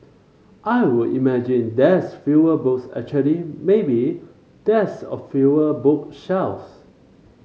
I would imagine there's fewer books actually maybe there's a fewer book shelves